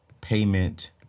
payment